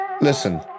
Listen